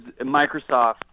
Microsoft